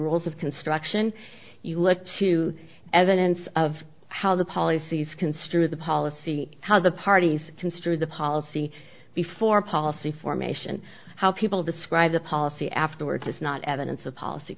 rules of construction you look to evidence of how the policies construe the policy how the parties construe the policy before policy formation how people describe the policy afterwards is not evidence of policy